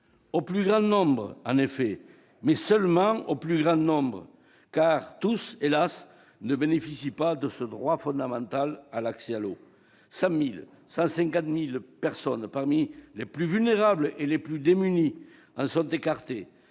au plus grand nombre, mais seulement au plus grand nombre, car, hélas, tous ne bénéficient pas de ce droit fondamental. Entre 100 000 et 150 000 personnes, parmi les plus vulnérables et les plus démunis, en sont écartées,